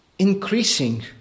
increasing